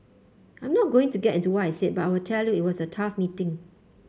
I'm not going to get into what I said but I will tell you it was a tough meeting